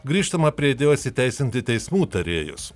grįžtama prie idėjos įteisinti teismų tarėjus